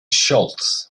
scholz